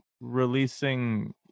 releasing